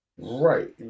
right